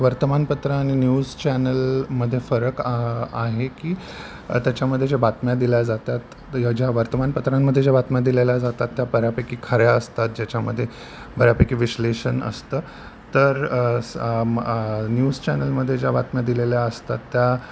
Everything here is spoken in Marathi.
वर्तमानपत्र आणि न्यूज चॅनलमध्ये फरक आहे की त्याच्यामध्ये ज्या बातम्या दिल्या जातात या ज्या वर्तमानपत्रांमध्ये ज्या बातम्या दिलेल्या जातात त्या बऱ्यापैकी खऱ्या असतात ज्याच्यामध्ये बऱ्यापैकी विश्लेषण असतं तर न्यूज चॅनलमध्ये ज्या बातम्या दिलेल्या असतात त्या